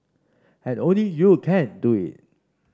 and only you can do it